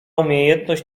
umiejętność